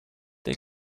they